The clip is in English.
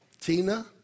Tina